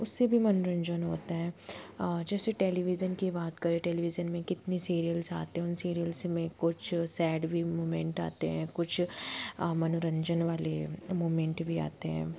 उससे भी मनाेरंजन होता है जैसे टेलिविज़न की बाते करें टेलिविज़न में कितने सीरियल्स आते हैं उन सीरियल्स में कुछ सैड भी मूमेंट आते हैं कुछ मनोरंजन वाले मूमेंट भी आते हैं